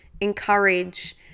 encourage